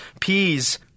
peas